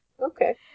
okay